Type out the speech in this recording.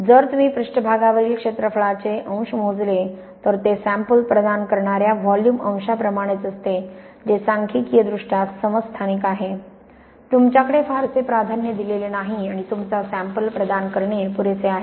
जर तुम्ही पृष्ठभागावरील क्षेत्रफळाचे अंश मोजले तर ते सॅम्पल प्रदान करणार्या व्हॉल्यूम अंशाप्रमाणेच असते जे सांख्यिकीयदृष्ट्या समस्थानिक आहे तुमच्याकडे फारसे प्राधान्य दिलेले नाही आणि तुमचा सॅम्पल प्रदान करणे पुरेसे आहे